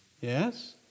Yes